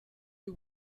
you